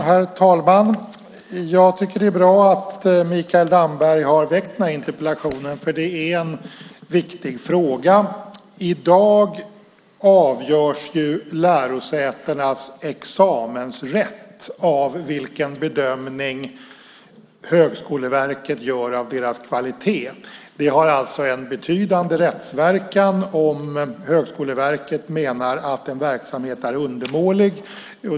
Herr talman! Det är bra att Mikael Damberg har ställt denna interpellation. Det är en viktig fråga. I dag avgörs lärosätenas examensrätt av vilken bedömning Högskoleverket gör av deras kvalitet. Det har alltså en betydande rättsverkan om Högskoleverket menar att en verksamhet är undermålig.